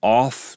off